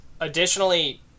Additionally